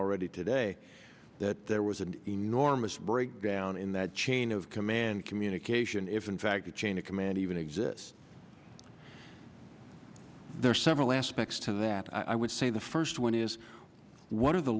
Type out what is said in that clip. already today that there was an enormous breakdown in that chain of command communication if in fact the chain of command even exists there are several aspects to that i would say the first one is